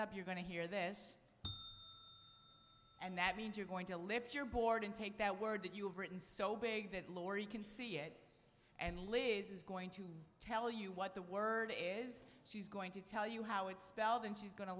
up you're going to hear this and that means you're going to lift your board and take that word that you've written so big that laurie can see it and live is going to tell you what the word is she's going to tell you how it's spelled and she's going to